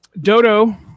Dodo